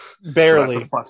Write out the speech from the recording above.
Barely